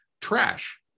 trash